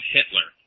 Hitler